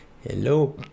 Hello